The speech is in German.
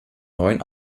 neun